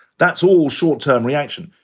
that's all short term reaction.